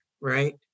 right